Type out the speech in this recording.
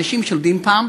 אנשים שנולדו כאן,